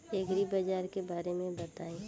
एग्रीबाजार के बारे में बताई?